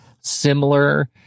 similar